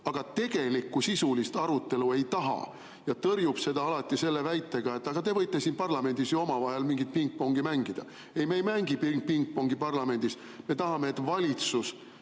aga tegelikku sisulist arutelu ei taha ja tõrjub seda väitega, et aga te võite siin parlamendis omavahel mingit pingpongi mängida. Ei, me ei mängi pingpongi parlamendis. Me tahame, et valitsus